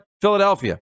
Philadelphia